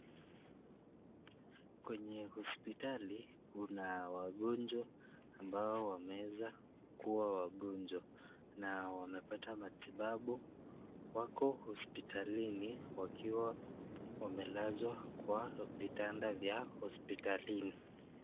Kwenye hospitali kuna wagonjwa ambao wameweza kuwa wagonjwa, na wamepata matibabu wako hospitalini wakiwa wamelazwa kwa vitanda za hospitalini.